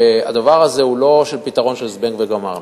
והדבר הזה הוא לא פתרון של "זבנג וגמרנו".